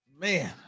Man